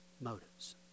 motives